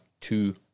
two